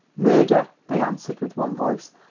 murder! they answered with one voice,